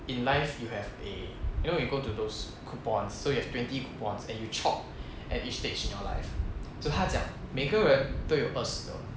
in life you have a you know you go to those coupons so you have twenty coupons and you chop at each stage in your life so 他讲每个人都有二十个